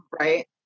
right